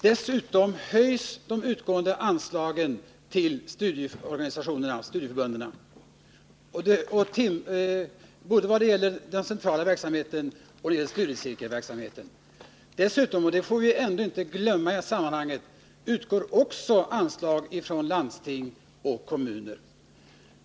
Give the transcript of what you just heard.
Dessutom höjs anslagen till studieförbunden vad gäller både den centrala verksamheten och studiecirkelverksamheten. Vidare — och det får vi inte glömma i det här sammanhanget — utgår också anslag från landsting och kommuner.